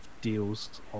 deals